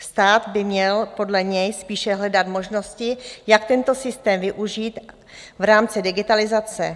Stát by měl podle něj spíše hledat možnosti, jak tento systém využít v rámci digitalizace.